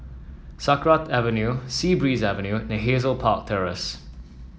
Sakra Avenue Sea Breeze Avenue and Hazel Park Terrace